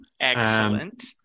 Excellent